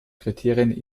kriterien